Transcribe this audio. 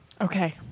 Okay